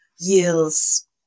Yields